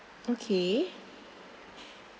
okay